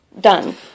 done